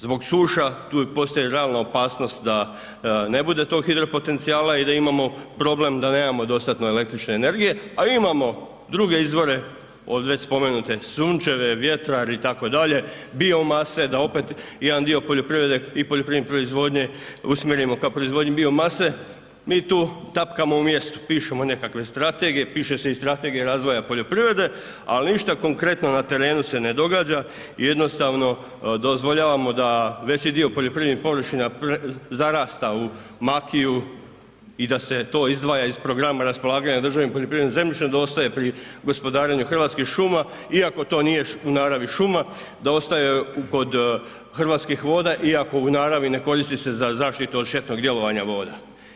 Zbog suša tu postoji realna opasnost da ne bude tog hidropotencijala i da imamo problem da nemamo dostatno električne energije, a imamo druge izvore od već spomenute sunčeve, vjetar itd. biomase da jedan dio poljoprivrede i poljoprivredne proizvodnje usmjerimo k proizvodnji biomase, mi tu tapkamo u mjestu, pišemo nekakve strategije, piše se i strategija razvoja poljoprivrede, ali ništa konkretno na terenu se ne događa i jednostavno dozvoljavamo da veći dio poljoprivrednih površina zarasta u makiju i da se to izdvaja iz programa raspolaganja državnim poljoprivrednim zemljište, da ostaje pri gospodarenju Hrvatskih šuma iako to nije u naravi šuma, da ostaje kod Hrvatskih voda iako u naravi ne koristi se za zaštitu od štetnog djelovanja voda.